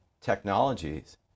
technologies